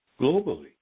globally